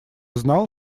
знал